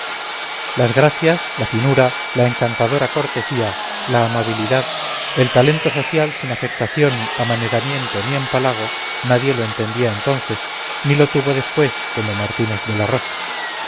las gracias la finura la encantadora cortesía la amabilidad el talento social sin afectación amaneramiento ni empalago nadie lo tenía entonces ni lo tuvo después como martínez de la rosa